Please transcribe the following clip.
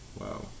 Wow